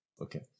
Okay